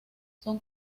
son